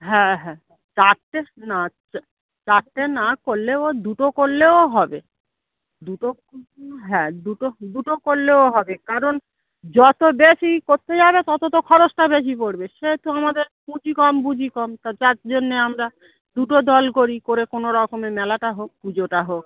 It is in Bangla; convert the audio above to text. হ্যাঁ হ্যাঁ চারটে না চারটে না করলেও ও দুটো করলেও হবে দুটো হ্যাঁ দুটো দুটো করলেও হবে কারণ যতো বেশি করতে যাবে তত তো খরচটা বেশি পড়বে সেই তো আমাদের পুঁজি কম বুঝি কম তা যার জন্যে আমরা দুটো দল করি করে কোনো রকমে মেলাটা হোক পুজোটা হোক